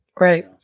Right